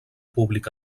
públic